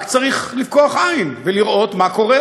רק צריך לפקוח עין ולראות מה קורה,